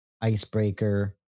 Icebreaker